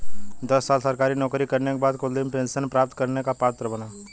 दस साल सरकारी नौकरी करने के बाद कुलदीप पेंशन प्राप्त करने का पात्र बना